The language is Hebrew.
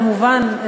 כמובן,